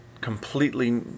completely